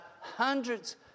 hundreds